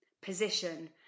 position